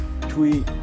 tweet